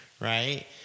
right